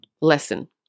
lesson